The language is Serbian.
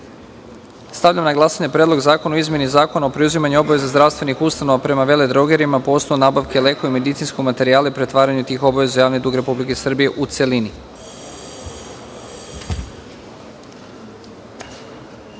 na glasanje Predlog zakona o izmeni zakona o preuzimanju obaveza zdravstvenih ustanova prema veledrogerijama po osnovu nabavke lekova i medicinskog materijala i pretvaranju tih obaveza u javni dug Republike Srbije, u celini. Molim